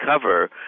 cover